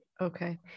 Okay